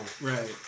right